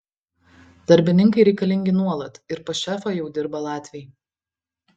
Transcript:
darbininkai reikalingi nuolat ir pas šefą jau dirba latviai